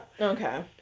okay